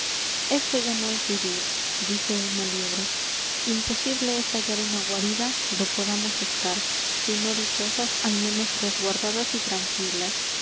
esto ya no es vivir dice una liebre imposible es hallar una guarida do podamos estar si no dichosas al menos resguardadas y tranquilas